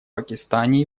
пакистане